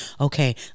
okay